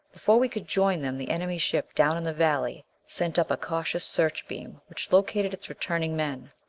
before we could join them, the enemy ship down in the valley sent up a cautious searchbeam which located its returning men.